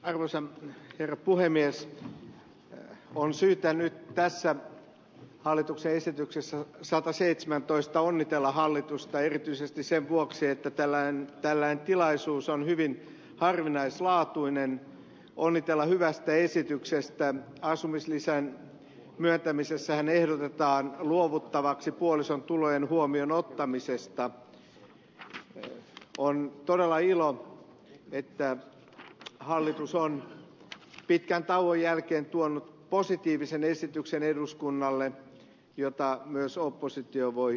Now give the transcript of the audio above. arvoisa herra puhemies on syyttänyt tässä hallituksen esityksessä on sataseitsemäntoista onnitella hallitusta erityisesti sen vuoksi että täällä on tällainen tilaisuus on hyvin harvinaislaatuinen onnitella hyvästä esityksestään asumislisän myöntämisessä hän ehdotetaan luovutettavaksi puolison tulojen huomioonottamisesta eu on todella ilo että hallitus on pitkän tauon jälkeen tuonut positiivisen esityksen eduskunnalle jota on myös oppositio voi